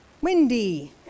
windy